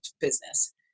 business